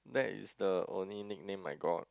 that is the only nickname I got